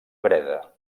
breda